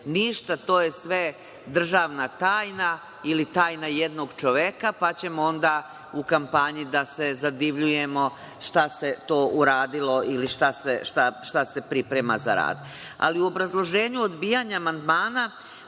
ništa, to je sve državna tajna ili tajna jednog čoveka, pa ćemo onda u kampanji da se zadivljujemo šta se to uradilo ili šta se priprema za rad.U obrazloženju odbijanja amandmana,